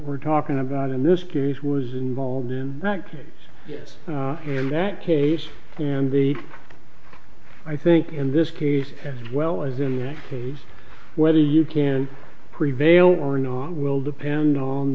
we're talking about in this case was involved in that case in that case and the i think in this case as well as in the case whether you can prevail or not will depend on